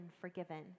forgiven